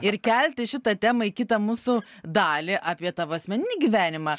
ir kelti šitą temą į kitą mūsų dalį apie tavo asmeninį gyvenimą